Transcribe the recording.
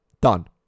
Done